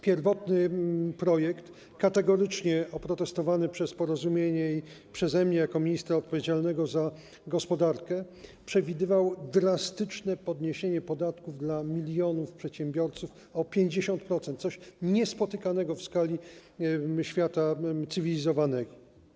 Pierwotny projekt, kategorycznie oprotestowany przez Porozumienie i przeze mnie jako ministra odpowiedzialnego za gospodarkę przewidywał drastyczne podniesienie podatków dla milionów przedsiębiorców o 50% - coś niespotykanego w skali świata cywilizowanego.